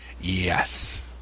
Yes